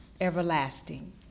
everlasting